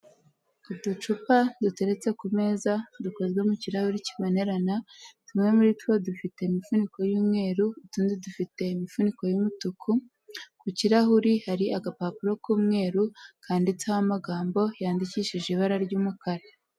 Uducupa duteretse ku meza, dukozwe mu kirahuri kibonerana, tumwe muri two dufite imifuniko y'umweru, utundi dufite imifuniko y'umutuku, ku kirahuri hari agapapuro k'umweru, kandiditseho amagambo, yandikishije ibara ry'umukara.